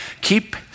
Keep